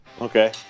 Okay